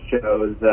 shows